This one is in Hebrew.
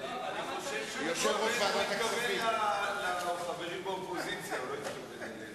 ושמרתי חלק מהכתבות שלך,